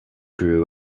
grew